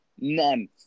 None